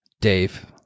Dave